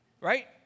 right